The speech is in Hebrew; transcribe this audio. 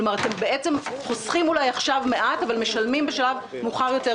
כלומר אתם בעצם חוסכים אולי עכשיו מעט אבל משלמים יותר בשלב מאוחר יותר.